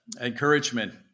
encouragement